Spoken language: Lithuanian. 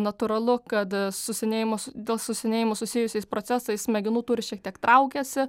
natūralu kad su senėjimas dėl su senėjimu susijusiais procesais smegenų tūris šiek tiek traukiasi